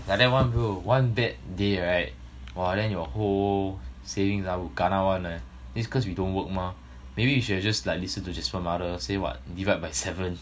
like that one bro one bad day right !wah! then your whole savings ah will kena one this is cause we don't work mah maybe you should have just like listen to jasper mother say what divide by seven